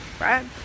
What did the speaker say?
right